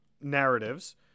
narratives